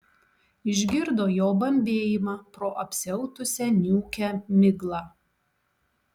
išgirdo jo bambėjimą pro apsiautusią niūkią miglą